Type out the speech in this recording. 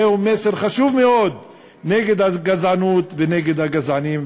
זהו מסר חשוב מאוד נגד הגזענות ונגד הגזענים.